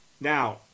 Now